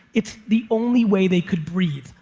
it's the only way they could breathe.